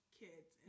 kids